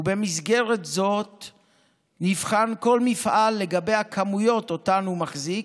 ובמסגרת זו נבחן כל מפעל לגבי הכמויות שאותן הוא מחזיק.